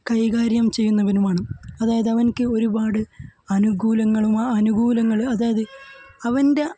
കൈകാര്യം ചെയ്യുന്നവനുമാണ് അതായത് അവനിക്ക് ഒരുപാട് അനുകൂലങ്ങളും അനുകൂലങ്ങളും അതായത് അവൻ്റെ